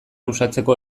uxatzeko